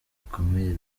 bikomeye